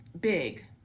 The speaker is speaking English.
big